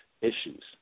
issues